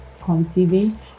conceiving